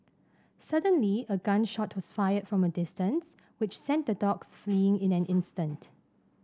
suddenly a gun shot was fired from a distance which sent the dogs fleeing in an instant